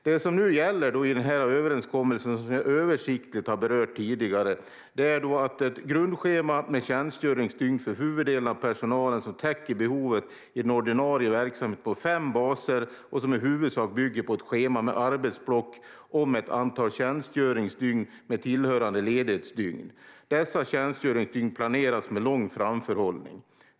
Det som nu gäller i överenskommelsen, som jag översiktligt har berört tidigare, är att man har ett grundschema med tjänstgöringsdygn för huvuddelen av personalen som täcker behovet i den ordinarie verksamheten på fem baser och som i huvudsak bygger på ett schema med arbetsblock om ett antal tjänstgöringsdygn med tillhörande ledighetsdygn. Dessa tjänstgöringsdygn planeras med lång framförhållning.